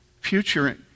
future